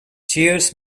cheers